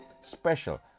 special